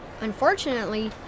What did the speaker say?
Unfortunately